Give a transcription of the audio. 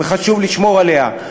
וחשוב לשמור עליה,